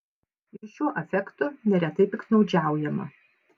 ir šiuo afektu neretai piktnaudžiaujama